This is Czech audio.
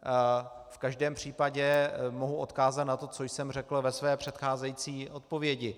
V každém případě mohu odkázat na to, co jsem řekl ve své předcházející odpovědi.